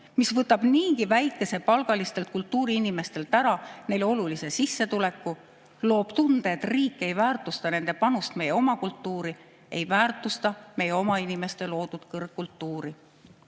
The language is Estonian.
mis võtab niigi väikesepalgalistelt kultuuriinimestelt ära neile olulise sissetuleku ja loob tunde, et riik ei väärtusta nende panust meie oma kultuuri, ei väärtusta meie oma inimeste loodud kõrgkultuuri.